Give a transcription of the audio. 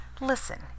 Listen